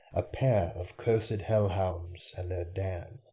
a pair of cursed hell-hounds and their dam.